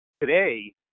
today